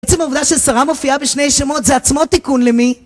עצם העובדה ששרה מופיעה בשני שמות זה עצמו תיקון למי...